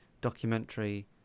documentary